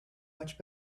much